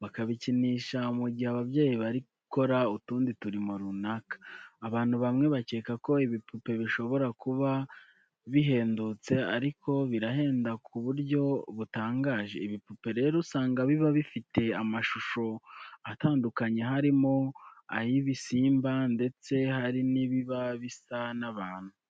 bakabikinisha mu gihe ababyeyi bari gukora utundi turimo runaka. Abantu bamwe bakeka ko ibipupe bishobora kuba bihendutse ariko birahenda ku buryo butangaje. Ibipupe rero usanga biba bifite amashusho atandukanye harimo ay'ibisimba ndetse hari n'ibiba bisa n'abantu.